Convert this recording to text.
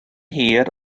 hir